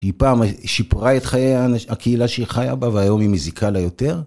היא פעם שיפרה את חיי הקהילה שהיא חיה בה והיום היא מזיקה לה יותר?